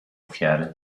ofiary